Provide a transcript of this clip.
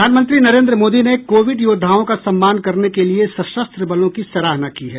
प्रधानमंत्री नरेन्द्र मोदी ने कोविड योद्धाओं का सम्मान करने के लिए सशस्त्र बलों की सराहना की है